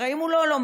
הרי אם הוא לא לומד,